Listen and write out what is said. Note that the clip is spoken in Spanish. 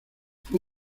fue